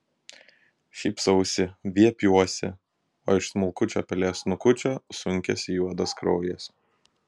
šypsausi viepiuosi o iš smulkučio pelės snukučio sunkiasi juodas kraujas